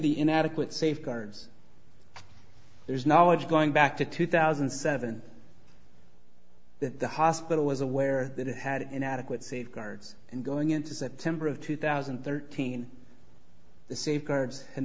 the inadequate safeguards there is knowledge going back to two thousand and seven that the hospital was aware that it had an adequate safeguards and going into september of two thousand and thirteen the safeguard